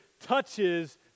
touches